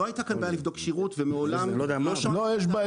לא הייתה טענה על בדיקת כשירות ומעולם --- לו יש בעיה,